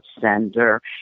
sender